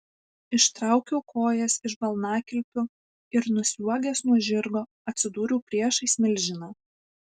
ištraukiau kojas iš balnakilpių ir nusliuogęs nuo žirgo atsidūriau priešais milžiną